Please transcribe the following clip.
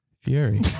Fury